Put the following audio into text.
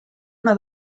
una